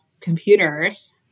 computers